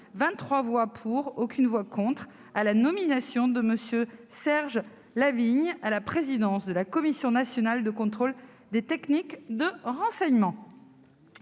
23 voix pour, aucune voix contre -à la nomination de M. Serge Lasvignes à la présidence de la Commission nationale de contrôle des techniques de renseignement.